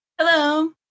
Hello